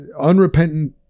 unrepentant